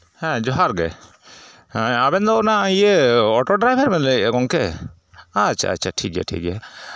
ᱦᱮᱸ ᱡᱚᱦᱟᱨ ᱜᱮ ᱟᱵᱮᱱ ᱫᱚ ᱚᱱᱟ ᱤᱭᱟᱹ ᱚᱴᱳ ᱰᱨᱟᱭᱵᱷᱟᱨ ᱵᱮᱱ ᱞᱟᱹᱭᱮᱜᱼᱟ ᱜᱮᱢᱠᱮ ᱟᱪᱪᱷᱟ ᱟᱪᱪᱷᱟ ᱴᱷᱤᱠ ᱜᱮᱭᱟ ᱴᱷᱤᱠ ᱜᱮᱭᱟ